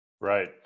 Right